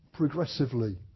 progressively